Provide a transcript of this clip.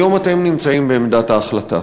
היום אתם נמצאים בעמדת ההחלטה.